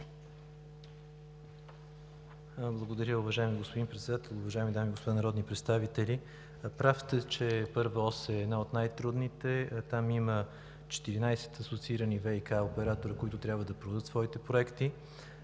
Благодаря, уважаеми господин Председател. Уважаеми дами и господа народни представители! Прав сте, че Първа ос е една от най-трудните. Там има 14 асоциирани ВиК оператора, които трябва да подадат своите проекти.